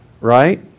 right